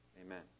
Amen